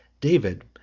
David